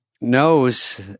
knows